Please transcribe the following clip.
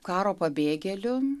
karo pabėgėlių